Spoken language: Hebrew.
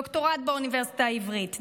דוקטורט באוניברסיטה העברית,